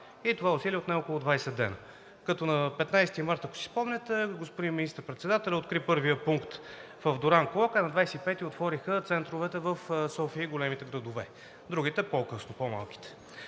и това усилие отне около 20 дни, като на 15 март, ако си спомняте, господин министър-председателят откри първия пункт в Дуранкулак, а на 25-и отвориха центровете в София и големите градове – другите по-късно, по-малките.